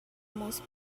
most